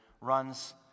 runs